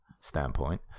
standpoint